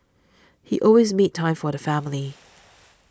he always made time for the family